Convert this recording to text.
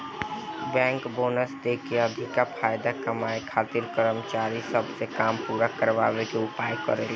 bank bonus देके अधिका फायदा कमाए खातिर कर्मचारी सब से काम पूरा करावे के उपाय करेले